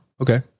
okay